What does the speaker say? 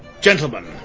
Gentlemen